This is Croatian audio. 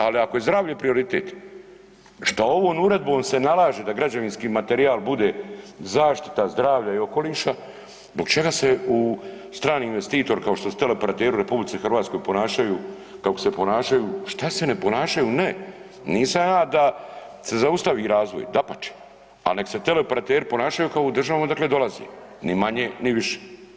Ali ako je zdravlje prioritet, šta ovom uredbom se nalaže da građevinski materijal bude zaštita zdravlja i okoliša, zbog čega se u strani investitor kao što se teleoperateri u RH ponašaju kako se ponašaju, šta se ne ponašaju, ne nisam ja da se zaustavi razvoj, dapače, ali neka se teleoperateri ponašaju kao u državama odakle dolaze, ni manje ni više.